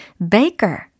baker